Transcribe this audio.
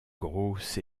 grosse